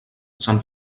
sant